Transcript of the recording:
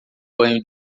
banho